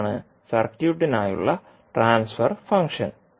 അതാണ് സർക്യൂട്ടിനായുള്ള transfer function